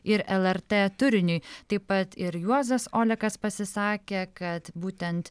ir lrt turiniui taip pat ir juozas olekas pasisakė kad būtent